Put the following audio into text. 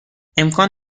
امکان